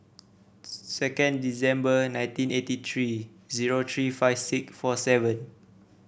second December nineteen eighty three zero three five six four seven